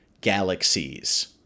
galaxies